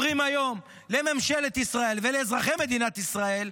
אומרים כאן היום לממשלת ישראל ולאזרחי מדינת ישראל: